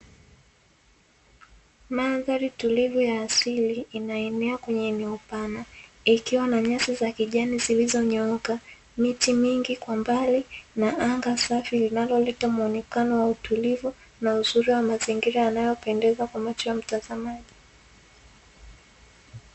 Mandhari tulivu ya asili, inaenea kwenye eneo pana, ikiwa na nyasi za kijani zilizonyooka, miti mingi kwa mbali na anga safi linaloleta muonekano wa utulivu na uzuri wa mazingira yanayopendeza kwa macho ya mtazamaji.